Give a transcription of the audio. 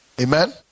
Amen